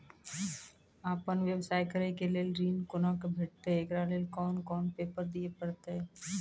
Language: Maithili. आपन व्यवसाय करै के लेल ऋण कुना के भेंटते एकरा लेल कौन कौन पेपर दिए परतै?